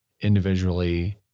individually